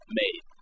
made